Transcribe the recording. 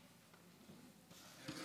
מה הבעיה?